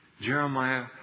Jeremiah